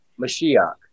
Mashiach